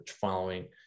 following